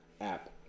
app